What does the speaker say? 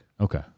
Okay